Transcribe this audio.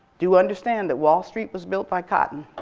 do you understand that wall street was built by cotton?